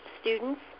students